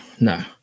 no